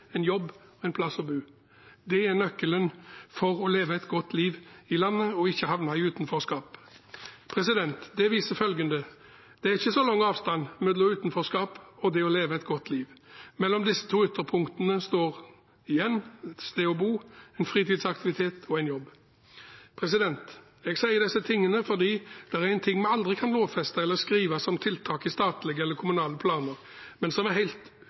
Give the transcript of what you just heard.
en jobb og en plass å bo. Det er nøkkelen til å leve et godt liv i landet og ikke havne i utenforskap. Det viser følgende: Det er ikke så lang avstand mellom utenforskap og det å leve et godt liv. Mellom disse to ytterpunktene står, igjen, et sted å bo, en fritidsaktivitet og en jobb. Jeg sier disse tingene fordi det er en ting vi aldri kan lovfeste eller skrive som tiltak i statlige eller kommunale planer, men som er helt